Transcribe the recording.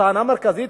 תחנה מרכזית,